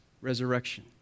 resurrection